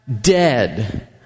dead